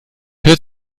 hört